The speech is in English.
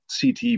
CT